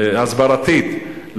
הסברתית,